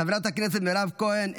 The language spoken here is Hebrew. חברת הכנסת מירב כהן,